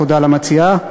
תודה למציעה.